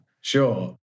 Sure